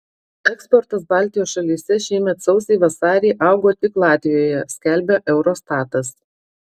eksportas baltijos šalyse šiemet sausį vasarį augo tik latvijoje skelbia eurostatas